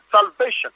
salvation